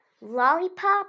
Lollipop